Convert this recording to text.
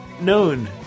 known